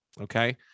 Okay